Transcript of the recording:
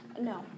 No